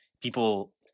people